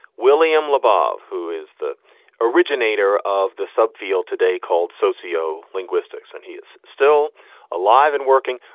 william labov, who is the originator of the subfield today, called socio linguistics. and he is still alive and working.